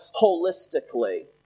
holistically